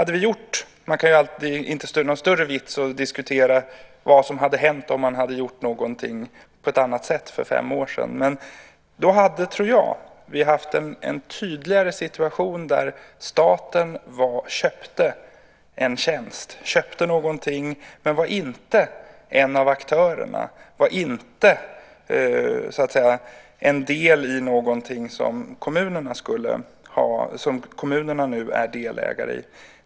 Det är ingen större vits att diskutera vad som hade hänt om man hade gjort något på ett annat sätt för fem år sedan, men jag tror att vi då hade haft en tydligare situation där staten köpte en tjänst, köpte någonting, men inte var en av aktörerna, inte så att säga var en del av något av det som kommunerna nu är delägare i.